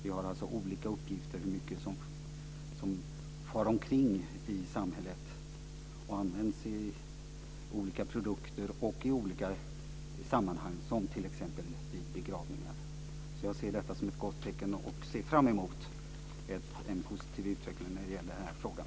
Vi har olika uppgifter på hur mycket som far omkring i samhället och används i olika produkter och i olika sammanhang, som t.ex. vid begravningar. Jag ser detta som ett gott tecken och ser fram emot en positiv utveckling i den här frågan.